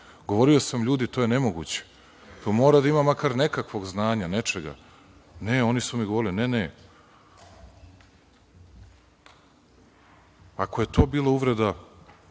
Govorio sam – ljudi, to je nemoguće, to mora da ima makar nekakvog znanja, nečega. Ne, oni su mi govorili – ne, ne. Ako je to bila uvreda,